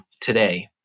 today